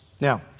Now